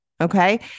Okay